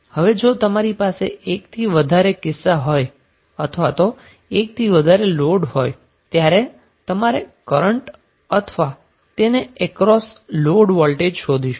હવે જો તમારી પાસે એક થી વધારે કિસ્સા હોય અથવા તો એક થી વધારે લોડ હોય ત્યારે તમારે કરન્ટ અથવા તેને અક્રોસ લોડ વોલ્ટેજ શોધીશુ